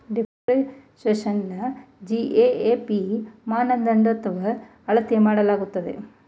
ಡಿಪ್ರಿಸಿಯೇಶನ್ನ GAAP ಮಾನದಂಡದನ್ವಯ ಅಳತೆ ಮಾಡಲಾಗುತ್ತದೆ